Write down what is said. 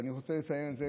ואני רוצה לסיים עם זה,